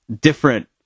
different